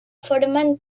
formen